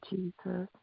Jesus